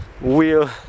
wheel